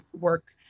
work